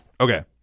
okay